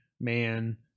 man